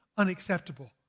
unacceptable